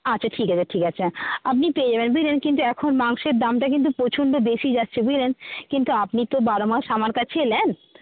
আচ্ছা ঠিক আছে ঠিক আছে আপনি পেয়ে যাবেন বিরিয়ানি কিন্তু এখন মাংসের দামটা কিন্তু প্রচণ্ড বেশি যাচ্ছে বুঝলেন কিন্তু আপনি তো বারো মাস আমার কাছে নেন